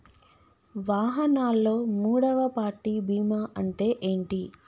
వాహనాల్లో మూడవ పార్టీ బీమా అంటే ఏంటి?